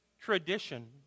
tradition